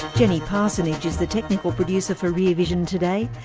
jenny parsonage is the technical producer for rear vision today.